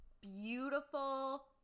beautiful